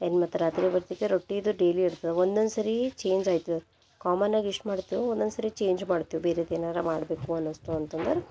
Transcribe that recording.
ಇನ್ನು ಮತ್ತೆ ರಾತ್ರಿ ವರ್ತಿಕೆ ರೊಟ್ಟೀದು ಡೈಲಿ ಇರ್ತವೆ ಒನ್ನೊಂದು ಸಾರಿ ಚೇಂಜ್ ಅಯ್ತದ ಕಾಮನಾಗಿ ಇಷ್ಟು ಮಾಡ್ತೇವೆ ಒನ್ನೊಂದು ಸರಿ ಚೇಂಜ್ ಮಾಡ್ತೇವೆ ಬೇರೇದು ಏನಾರು ಮಾಡಬೇಕು ಅನ್ನಿಸ್ತು ಅಂತಂದ್ರೆ